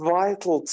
vital